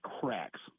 cracks